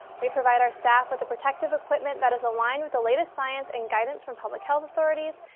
we provide our staff with the protective equipment that is aligned with the latest science and guidance from public health authorities,